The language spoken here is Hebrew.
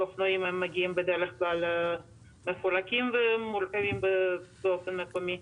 אופנועים מגיעים בדרך כלל מפורקים ומורכבים באופן מקומי.